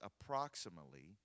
approximately